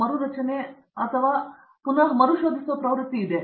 ಅರಂದಾಮ ಸಿಂಗ್ ಅವರಿಗೆ ನಿರ್ದಿಷ್ಟ ಪ್ರಕ್ರಿಯೆ ಇದೆ